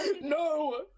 No